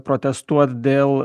protestuot dėl